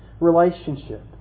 relationship